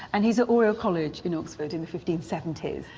and he's at oriel college in oxford in the fifteen seventy s.